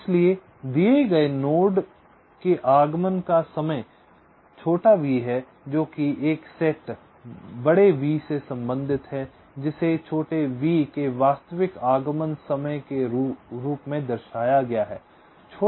इसलिए दिए गए नोड के आगमन का समय v जो कि एक सेट V से संबंधित है जिसे v के वास्तविक आगमन समय के रूप में दर्शाया गया है